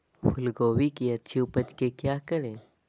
फूलगोभी की अच्छी उपज के क्या करे?